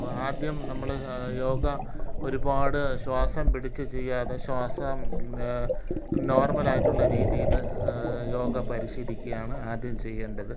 ആദ്യം നമ്മൾ യോഗ ഒരുപാട് ശ്വാസം പിടിച്ച് ചെയ്യാതെ ശ്വാസം നോർമലായിട്ടുള്ള രീതിയിൽ യോഗ പരിശീലിക്കുകയാണ് ആദ്യം ചെയ്യേണ്ടത്